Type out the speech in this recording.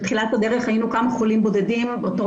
בתחילת הדרך היינו כמה חולים בודדים בתור